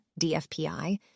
DFPI